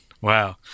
Wow